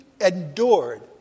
endured